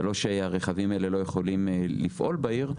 זה לא שהרכבים האלה לא יכולים לפעול בעיר.